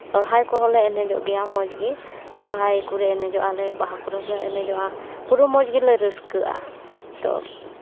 ᱥᱚᱨᱦᱟᱭ ᱠᱚᱦᱚᱸᱞᱮ ᱮᱱᱮᱡᱚᱜ ᱜᱮᱭᱟ ᱢᱚᱡᱽ ᱜᱮ ᱥᱚᱨᱦᱟᱭ ᱠᱚᱨᱮ ᱞᱮ ᱮᱱᱮᱡᱚᱜᱼᱟ ᱞᱮ ᱵᱟᱦᱟ ᱠᱚᱨᱮ ᱞᱮ ᱮᱱᱮᱡᱚᱜᱼᱟ ᱯᱩᱨᱟᱹ ᱢᱚᱡᱽ ᱜᱮᱞᱮ ᱨᱟᱹᱥᱠᱟᱹᱜᱼᱟ ᱛᱚ